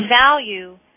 value